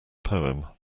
poem